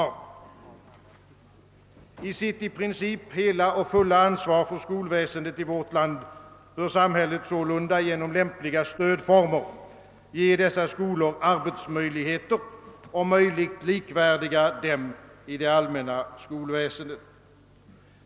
På grund av sitt i princip hela och fulla ansvar för skolväsendet i vårt land bör samhället sålunda genom lämpliga stödformer ge de privata skolorna arbetsmöjligheter, som i jämförelse med förhållandena i det allmänna skolväsendet är om möjligt likvärdiga.